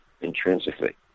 intrinsically